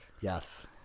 Yes